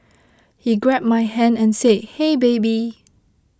he grabbed my hand and said hey baby